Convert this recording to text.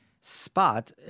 spot